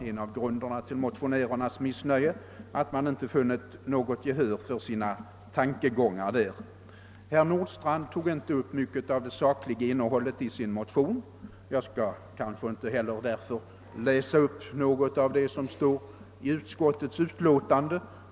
En av grunderna för motionärernas missnöje kan vara att de inte vunnit något gehör för sina tankegångar inom utskottet. Herr Nordstrandh tog inte upp mycket av det sakliga innehållet i sin motion, och därför bör kanske inte heller jag läsa upp något av det som står i utskottets utlåtande.